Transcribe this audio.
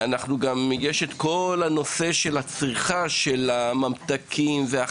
יש גם את כל הנושא של צריכת החטיפים והממתקים.